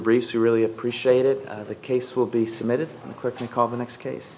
brief to really appreciate it the case will be submitted quickly call the next case